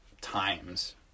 times